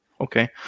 okay